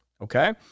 Okay